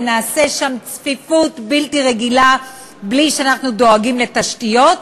וניצור צפיפות בלתי רגילה בלי שאנחנו דואגים לתשתיות,